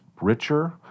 richer